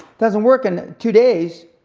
doesn't work in two days